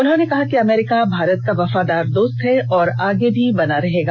उन्होंने कहा कि अमेरिका भारत का वफादार दोस्त है और आगे भी बना रहेगा